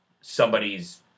somebody's